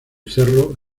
cerro